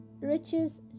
riches